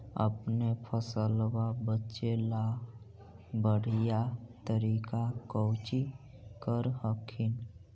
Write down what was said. अपने फसलबा बचे ला बढ़िया तरीका कौची कर हखिन?